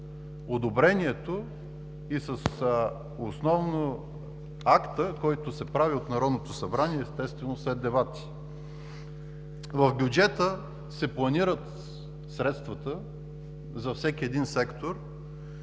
и основно с акта, който се прави от Народното събрание, естествено, след дебати. В бюджета се планират средствата за всеки един сектор